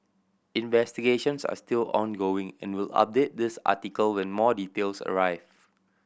investigations are still ongoing and we'll update this article when more details arrive